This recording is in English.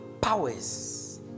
powers